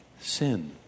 sin